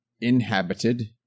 inhabited